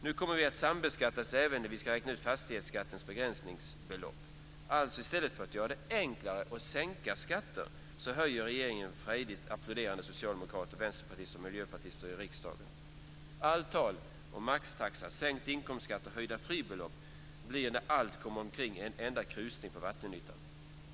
Nu kommer vi att sambeskattas även när fastighetsskattens begränsningsbelopp ska räknas ut. Alltså: I stället för att göra det enklare och sänka skatter höjer regeringen skatter med ett frejdigt applåderande från socialdemokrater, vänsterpartister och miljöpartister i riksdagen. Allt tal om maxtaxa, sänkt inkomstskatt och höjda fribelopp blir när allt kommer omkring endast en krusning på vattenytan. Fru talman!